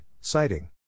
citing